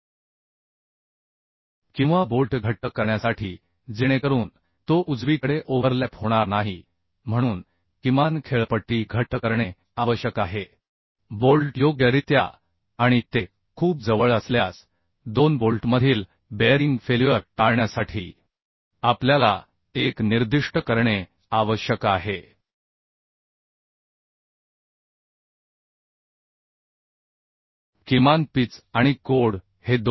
ही किमान पीच का आवश्यक आहे कारण आपल्याला या रिवेट्समध्ये पुरेशी जागा हवी आहे किंवा बोल्ट घट्ट करण्यासाठी जेणेकरून तो ओव्हरलॅप होणार नाही म्हणून किमान पीच घट्ट करणे आवश्यक आहे बोल्ट योग्यरित्या आणि ते खूप जवळ असल्यास दोन बोल्टमधील बेअरिंग फेल्युअर टाळण्यासाठी आपल्याला एक निर्दिष्ट करणे आवश्यक आहे किमान पिच आणि कोड हे 2